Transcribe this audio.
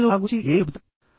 ప్రజలు నా గురించి ఏమి చెబుతారు